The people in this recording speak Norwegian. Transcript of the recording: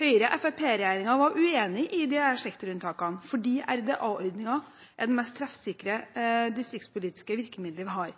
Høyre–Fremskrittsparti-regjeringen var uenig i disse sektorunntakene, fordi RDA-ordningen er det mest treffsikre distriktspolitiske virkemidlet vi har.